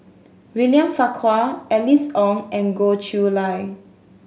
William Farquhar Alice Ong and Goh Chiew Lye